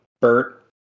Bert